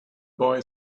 boy